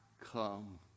come